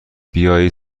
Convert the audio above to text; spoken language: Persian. بیایید